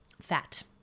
Fat